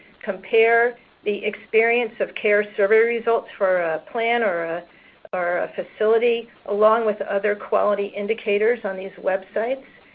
compare the experience of care survey results for a plan or ah or a facility along with other quality indicators on these websites.